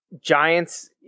Giants